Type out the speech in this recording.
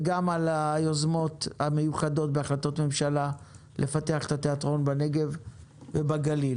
וגם על היוזמות המיוחדות בהחלטות ממשלה לפתח את התיאטרון בנגב ובגליל.